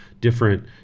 different